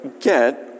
get